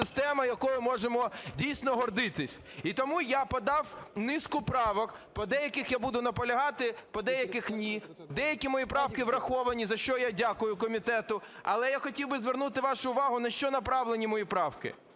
якою можемо дійсно гордитися. І тому я подав низку правок, по деяких я буду наполягати, по деяких - ні. Деякі мої правки враховані, за що я дякую комітету. Але я хотів би звернути вашу увагу, на що направлені мої правки.